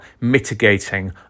mitigating